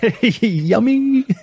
yummy